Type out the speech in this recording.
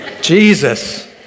Jesus